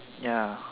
ya